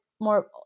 more